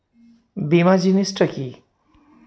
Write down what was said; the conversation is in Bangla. বীমা জিনিস টা কি?